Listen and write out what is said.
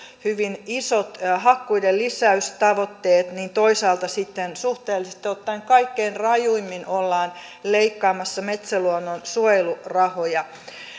hyvin isot hakkuidenlisäystavoitteet toisaalta sitten suhteellisesti ottaen kaikkein rajuimmin ollaan leikkaamassa metsäluonnon suojelurahoja